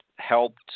Helped